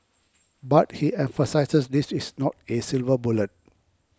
but he emphasises this is not a silver bullet